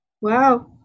Wow